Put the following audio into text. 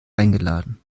eingeladen